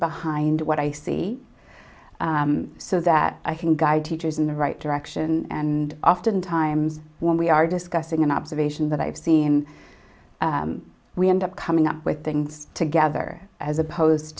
behind what i see so that i can guide teachers in the right direction and often times when we are discussing an observation that i've seen we end up coming up with things together as opposed